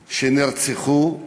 נרצחו.